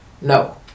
no